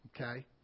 okay